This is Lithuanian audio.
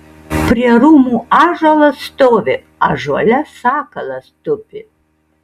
prie rūmų ąžuolas stovi ąžuole sakalas tupi